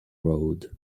road